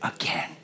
again